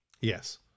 Yes